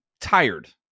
tired